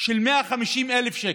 של 150,000 שקל.